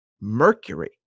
Mercury